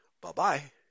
Bye-bye